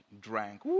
drank